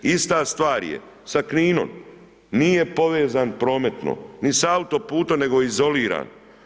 Ista stvar je sa Kninom, nije povezan prometno, ni sa autoputom nego izoliran.